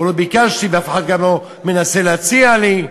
או לא ביקשתי ואף אחד גם לא מנסה להציע לי,